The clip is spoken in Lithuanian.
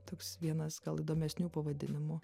toks vienas gal įdomesnių pavadinimų